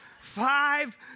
five